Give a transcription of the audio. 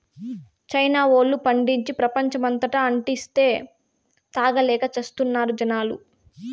China వోల్లు పండించి, ప్రపంచమంతటా అంటిస్తే, తాగలేక చస్తున్నారు జనాలు